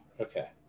Okay